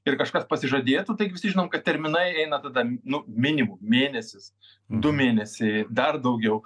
ir kažkas pasižadėtų taigi visi žinom kad terminai eina tada nuo minimum mėnesis du mėnesiai dar daugiau